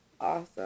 Awesome